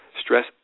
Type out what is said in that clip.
Stress